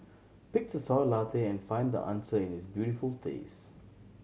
pick the Soy Latte and find the answer in its beautiful taste